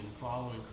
following